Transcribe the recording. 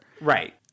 Right